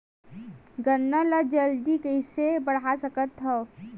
गन्ना ल जल्दी कइसे बढ़ा सकत हव?